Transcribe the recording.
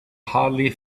hardly